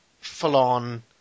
full-on